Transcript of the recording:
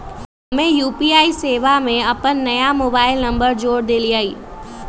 हम्मे यू.पी.आई सेवा में अपन नया मोबाइल नंबर जोड़ देलीयी